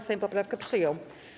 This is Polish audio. Sejm poprawkę przyjął.